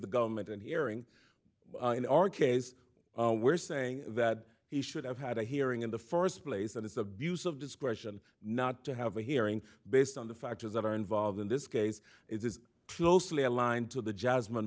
the government and hearing in our case we're saying that he should have had a hearing in the st place and it's a busa of discretion not to have a hearing based on the factors that are involved in this case it is closely aligned to the jasmine